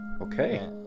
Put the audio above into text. Okay